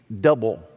double